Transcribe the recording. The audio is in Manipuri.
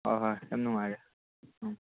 ꯍꯣꯤ ꯍꯣꯏ ꯌꯥꯝ ꯅꯨꯡꯉꯥꯏꯔꯦ ꯎꯝ